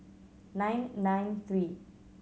nine nine three